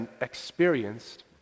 experienced